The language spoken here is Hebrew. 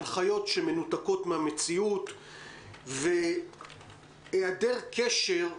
הנחיות שמנותקות מן המציאות והיעדר קשר,